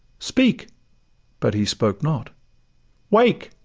speak but he spoke not wake!